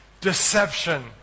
deception